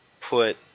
put